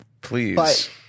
Please